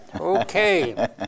Okay